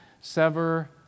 sever